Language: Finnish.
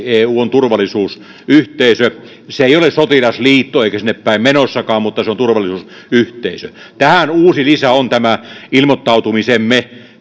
eu on turvallisuusyhteisö se ei ole sotilasliitto eikä sinne päin menossakaan mutta se on turvallisuusyhteisö tähän uusi lisä on ilmoittautumisemme